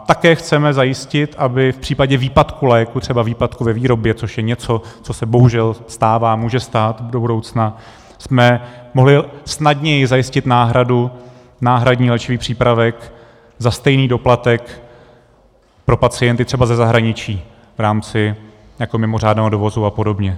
Také chceme zajistit, abychom v případě výpadku léku, třeba výpadku ve výrobě, což je něco, co se bohužel stává, může stát do budoucna, mohli snadněji zajistit náhradu, náhradní léčivý přípravek, za stejný doplatek pro pacienty třeba ze zahraničí v rámci jako mimořádného dovozu a podobně.